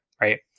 right